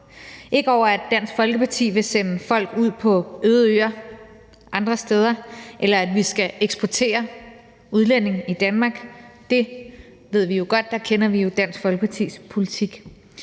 ikke over at Dansk Folkeparti vil sende folk ud på øde øer andre steder, eller at vi skal eksportere udlændinge i Danmark, for det ved vi jo godt – der kender vi Dansk Folkepartis politik